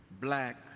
black